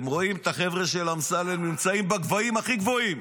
אתם רואים את החבר'ה של אמסלם נמצאים בגבהים הכי גבוהים.